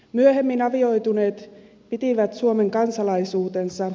myöhemmin avioituneet pitivät suomen kansalaisuutensa